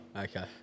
okay